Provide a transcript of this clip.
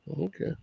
Okay